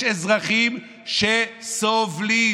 יש אזרחים שסובלים,